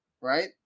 right